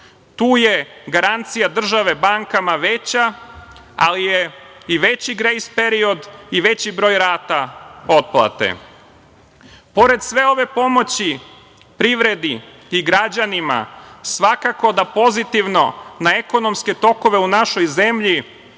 Tu je garancija države bankama veća, ali je i veći grejs period i veći broj rata otplate. Pored sve ove pomoći privredi i građanima svakako da pozitivno na ekonomske tokove u našoj zemlji